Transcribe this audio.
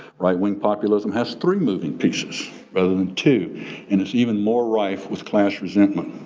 right-wing populism has three moving pieces rather than two and it's even more rife with class resentment,